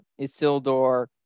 Isildur